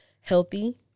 healthy